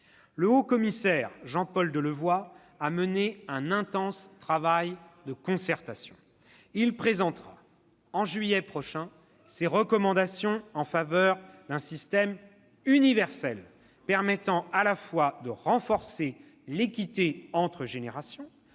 Le haut-commissaire Jean-Paul Delevoye a mené un intense travail de concertation. Il présentera en juillet ses recommandations en faveur d'un système universel permettant à la fois de renforcer l'équité entre générations,